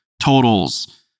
totals